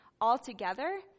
altogether